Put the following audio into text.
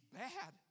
bad